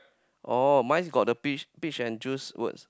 oh mine is got the beach beach and juice words